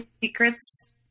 secrets